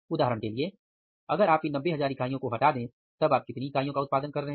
उदाहरण के लिए अगर आप इन 90000 इकाइयों को हटा दें तब आप कितनी इकाइयों का उत्पादन कर रहे हैं